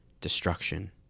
destruction